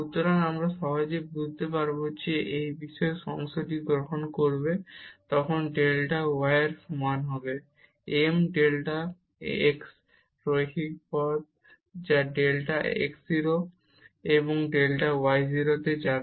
সুতরাং আমরা সহজেই বুঝতে পারব যে যখন আমরা ডেল্টা y এর বিশেষ অংশটি গ্রহণ করব তখন এটা হবে m ডেল্টা x এর রৈখিক পথ যা ডেল্টা x 0 ডেল্টা y 0 তে যাবে